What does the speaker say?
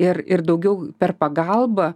ir ir daugiau per pagalbą